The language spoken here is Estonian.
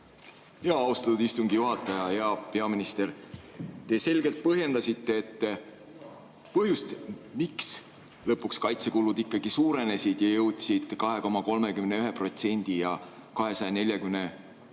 Austatud istungi juhataja! Hea peaminister! Te selgelt põhjendasite põhjust, miks lõpuks kaitsekulud ikkagi suurenesid ja jõudsid 2,31% ja 249,6